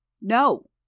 No